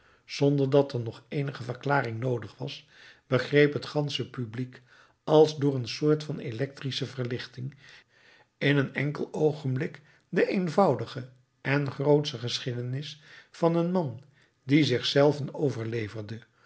zonder dat er nog eenige verklaring noodig was begreep het gansche publiek als door een soort van electrische verlichting in een enkel oogenblik de eenvoudige en grootsche geschiedenis van een man die zich zelven overleverde